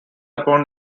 upon